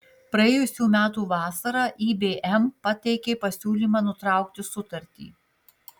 praėjusių metų vasarą ibm pateikė pasiūlymą nutraukti sutartį